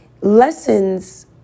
lessons